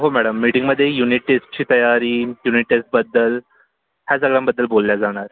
हो मॅडम मीटिंगमध्ये युनिट टेस्टची तयारी युनिट टेस्टबद्दल ह्या सगळ्यांबद्दल बोलले जाणार